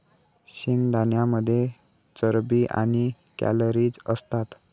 शेंगदाण्यांमध्ये चरबी आणि कॅलरीज असतात